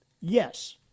Yes